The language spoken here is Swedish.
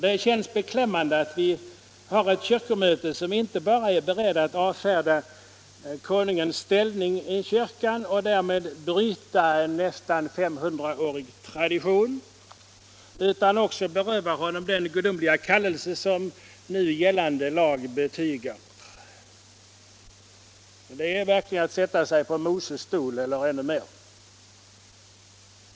Det känns beklämmande att vi har ett kyrkomöte som inte bara är berett att avfärda konungens ställning i kyrkan och därmed bryta en nästan femhundraårig tradition, utan också berövar honom den godomiiga kallelse som nu gällande lag betygar. Det är verkligen att sätta sig på Moses stol — eller ännu mer.